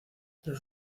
tras